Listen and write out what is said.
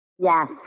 Yes